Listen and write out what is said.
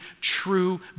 true